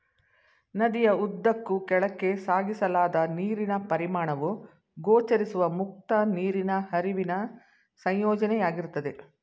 ನದಿಯ ಉದ್ದಕ್ಕೂ ಕೆಳಕ್ಕೆ ಸಾಗಿಸಲಾದ ನೀರಿನ ಪರಿಮಾಣವು ಗೋಚರಿಸುವ ಮುಕ್ತ ನೀರಿನ ಹರಿವಿನ ಸಂಯೋಜನೆಯಾಗಿರ್ತದೆ